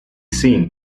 seemed